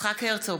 יצחק הרצוג,